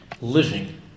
living